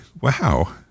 wow